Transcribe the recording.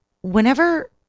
Whenever